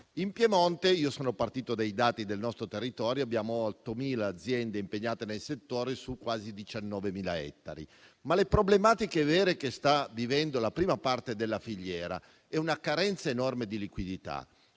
In Piemonte (sono partito dai dati del nostro territorio) abbiamo 8.000 aziende impegnate nel settore, su quasi 19.000 ettari, ma le problematiche vere che sta vivendo la prima parte della filiera sono costituite da una carenza enorme di liquidità,